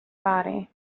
body